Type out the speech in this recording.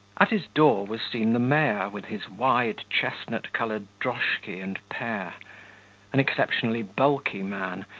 at his door was seen the mayor with his wide chestnut-coloured droshky and pair an exceptionally bulky man,